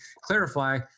clarify